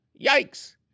Yikes